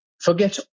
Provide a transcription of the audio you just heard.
forget